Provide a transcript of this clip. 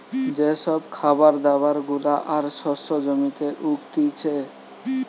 যে সব খাবার দাবার গুলা আর শস্য জমিতে উগতিচে